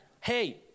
hey